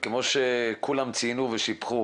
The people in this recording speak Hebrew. וכמו שכולם ציינו ושיבחו